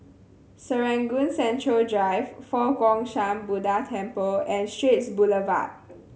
Serangoon Central Drive Fo Guang Shan Buddha Temple and Straits Boulevard